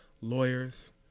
lawyers